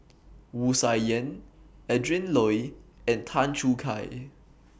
Wu Tsai Yen Adrin Loi and Tan Choo Kai